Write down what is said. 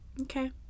Okay